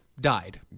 died